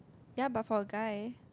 ya but for a guy